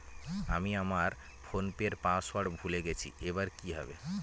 আমি আমার ফোনপের পাসওয়ার্ড ভুলে গেছি এবার কি হবে?